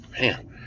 Man